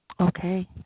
Okay